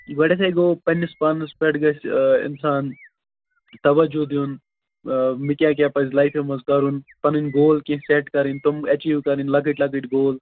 گۄڑنٮ۪تھے گوٚو پَننِس پانَس پٮ۪ٹھ گَژھہِ اِنسان تَوَجو دِیُن مےٚ کیاہ کیاہ پَزِ لایفہِ مَنٛز کَرُن پَنٕنۍ گول کیٚنٛہہ سٮ۪ٹ کَرٕنۍ تِم أچیٖو کَرٕنۍ لۄکٕٹۍ لۄکٕٹۍ گول